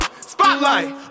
spotlight